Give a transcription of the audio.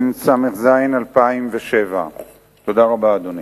התשס"ז 2007. תודה רבה, אדוני.